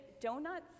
donuts